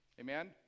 Amen